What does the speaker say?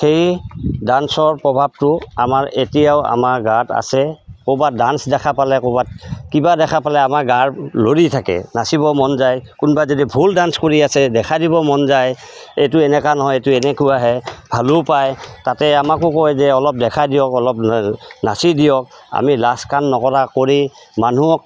সেই ডান্সৰ প্ৰভাৱটো আমাৰ এতিয়াও আমাৰ গাত আছে ক'ৰবাত ডান্স দেখা পালে ক'ৰবাত কিবা দেখা পালে আমাৰ গা লৰি থাকে নাচিব মন যায় কোনোবা যদি ভুল ডান্স কৰি আছে দেখা দিব মন যায় এইটো এনেকুৱা নহয় এইটো এনেকুৱা আহে ভালো পায় তাতে আমাকো কয় যে অলপ দেখা দিয়ক অলপ নাচি দিয়ক আমি লাজ কাণ নকৰা কৰি মানুহক